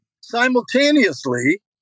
simultaneously